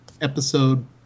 episode